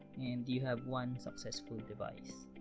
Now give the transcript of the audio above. and you have one successful device.